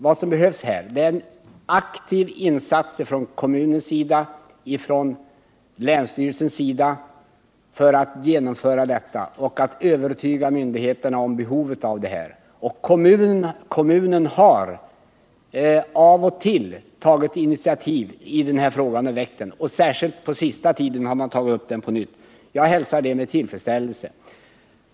Vad som nu behövs är en aktiv insats från kommunen och länsstyrelsen för att övertyga myndigheterna om behovet av spåret. Kommunen har av och till tagit initiativ i denna fråga, särskilt på sista tiden. Det hälsar jag med tillfredsställelse.